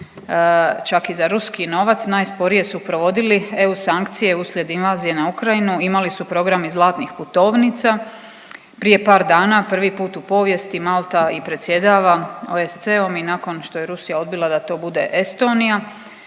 čak i za ruski novac najsporije su provodili EU sankcije uslijed invazije na Ukrajinu, imali su program i zlatnih putovnica. Prije par dana prvi put u povijesti Malta i predsjedava OECD-om i nakon što je Rusija odbila da to bude Estonija,